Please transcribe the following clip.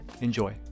Enjoy